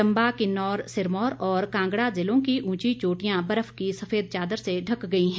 चंबा किन्नौर सिरमौर और कांगड़ा जिलों की ऊंची चोटियां बर्फ की सफेद चादर से ढक गई है